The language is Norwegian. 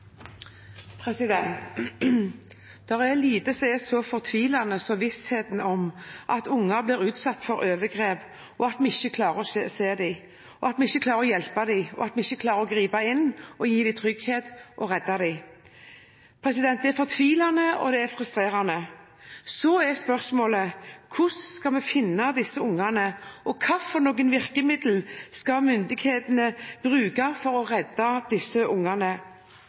fortvilende som vissheten om at unger blir utsatt for overgrep, og at vi ikke klarer å se dem, ikke klarer å hjelpe dem, ikke klarer å gripe inn og gi dem trygghet og redde dem. Det er fortvilende og frustrerende. Spørsmålet er hvordan vi skal finne disse ungene, og hvilke virkemidler myndighetene skal bruke for å redde